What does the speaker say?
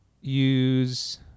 use